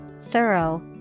thorough